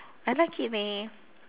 I like it leh